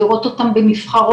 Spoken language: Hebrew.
לראות אותם בנבחרות,